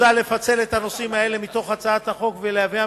מוצע לפצל נושאים אלו מתוך הצעת החוק ולהביאם